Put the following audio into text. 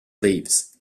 leaves